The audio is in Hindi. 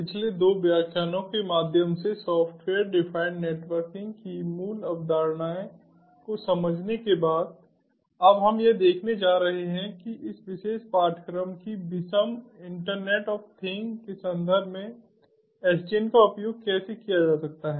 पिछले दो व्याख्यानों के माध्यम से सॉफ्टवेयर डिफाइंड नेटवर्किंग की मूल अवधारणाएं को समझने के बाद अब हम यह देखने जा रहे हैं कि इस विशेष पाठ्यक्रम की विषय इन्टरनेट ऑफ़ थिंग्स के संदर्भ में SDN का उपयोग कैसे किया जा सकता है